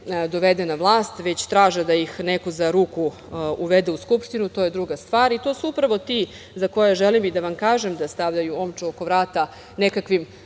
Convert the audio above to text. dovede na vlast, već traže da ih neko za ruku uvede u Skupštinu to je druga stvar i to su upravo ti za koje želim i da vam kažem da stavljaju omču oko vrata nekakvim